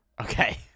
okay